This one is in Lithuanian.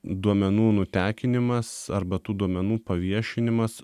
duomenų nutekinimas arba tų duomenų paviešinimas